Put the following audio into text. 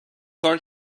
کار